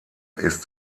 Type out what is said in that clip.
ist